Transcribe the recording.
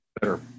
better